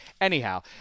Anyhow